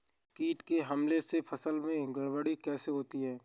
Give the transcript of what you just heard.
कीट के हमले से फसल में गड़बड़ी कैसे होती है?